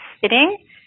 sitting